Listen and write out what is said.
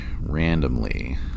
randomly